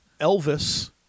Elvis